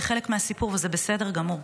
זה חלק מהסיפור וזה בסדר גמור.